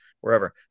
wherever